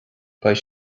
beidh